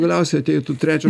galiausiai ateitų trečias